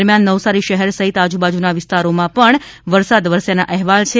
દરમ્યાન નવસારી શહેર સહિત આજુબાજુના વિસ્તારોમાં પણ વરસાદ વરસ્યાના અહેવાલ છે